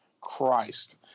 Christ